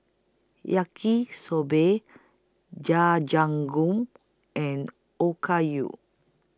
Yaki Soba Jajangmyeon and Okayu